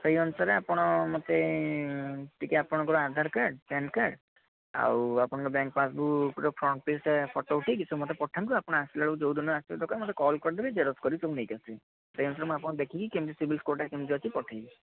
ସେଇ ଅନୁସାରେ ଆପଣ ମୋତେ ଟିକେ ଆପଣଙ୍କର ଆଧାର କାର୍ଡ଼ ପ୍ୟାନ୍ କାର୍ଡ଼ ଆଉ ଆପଣଙ୍କର ବ୍ୟାଙ୍କ ପାସ୍ବୁକ୍ର ଫ୍ରଣ୍ଟ ପେଜ୍ଟା ଫଟୋ ଉଠାଇକି ସବୁ ମୋତେ ପଠାନ୍ତୁ ଆପଣ ଆସିଲାବେଳକୁ ଯେଉଁଦିନ ଆସିବା ଦରକାର ମୋତେ କଲ୍ କରିଦେବେ ଜେରକ୍ସ କରିକି ସବୁ ନେଇକି ଆସିବେ ସେଇ ଅନୁସାରେ ମୁଁ ଆପଣଙ୍କୁ ଦେଖିକି କେମତି ସିବିଲ୍ ସ୍କୋରଟା କେମତି ଅଛି ପଠାଇବି